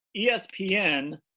ESPN